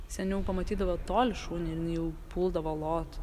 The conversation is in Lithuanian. seniau pamatydavo toli šunį ir jinai jau puldavo lot